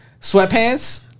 sweatpants